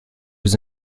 was